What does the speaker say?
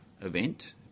event